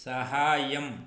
सहाय्यम्